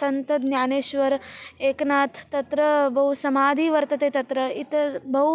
सन्तज्ञानेश्वरः एकनाथः तत्र बहु समाधिः वर्तते तत्र यतः बहु